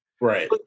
Right